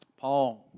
Paul